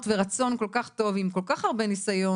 ורצון כל כך טוב ועם כל כך הרבה ניסיון,